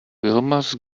wilma’s